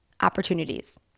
opportunities